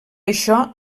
això